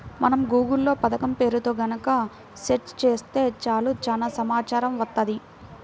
మనం గూగుల్ లో పథకం పేరుతో గనక సెర్చ్ చేత్తే చాలు చానా సమాచారం వత్తది